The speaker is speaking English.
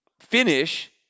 Finish